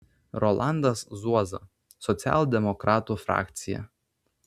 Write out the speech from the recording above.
rolandas zuoza socialdemokratų frakcija